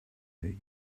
you